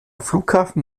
flughafen